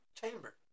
chamber